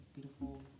beautiful